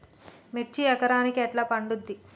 మిర్చి ఎకరానికి ఎట్లా పండుద్ధి?